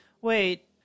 wait